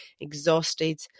exhausted